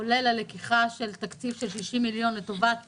כולל הלקיחה של תקציב של 60 מיליון לטובת